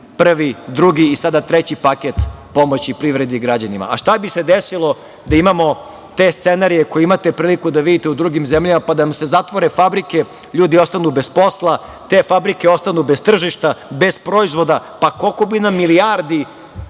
prvi, drugi i sada treći paket, pomoći privredi i građanima, i šta bi se desilo da imamo te scenarije koje imate priliku da vidite u drugim zemljama, pa da vam se zatvore fabrike, ljudi ostanu bez posla, te fabrike ostanu bez tržišta, bez proizvoda i koliko bi nam milijardi